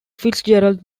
fitzgerald